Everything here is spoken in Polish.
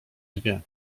dwie